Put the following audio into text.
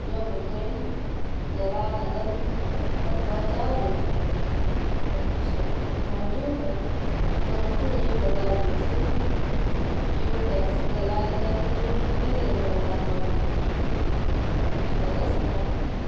جو مجھے جلال نگر تک پہنچا دے اچھا موجود ہے تو مجھے یہ بتا دیجیے کہ وہ ٹیکسی جلال نگر کے لیے کتنی دیر میں روانہ ہوگی اچھا دس منٹ میں